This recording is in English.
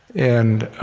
and